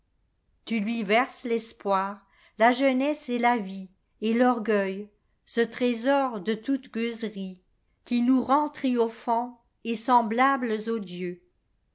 tu lui verses l'espoir la jeunesse et la vie et l'orgueil ce trésor de toute gueuserie qui nous rend triomphants et semblables aux dieux